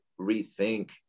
rethink